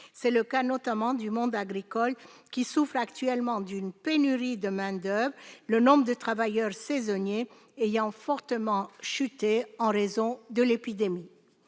C'est le cas, notamment, du monde agricole, qui souffre actuellement d'une pénurie de main-d'oeuvre, le nombre de travailleurs saisonniers ayant fortement chuté en raison de l'épidémie.